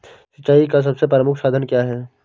सिंचाई का सबसे प्रमुख साधन क्या है?